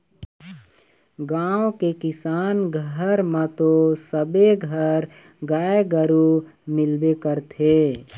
गाँव के किसान घर म तो सबे घर गाय गरु मिलबे करथे